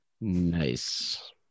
Nice